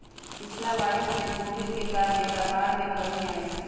पिछिला वरिस में कोविड के कारणे व्यापार में कमी आयल हइ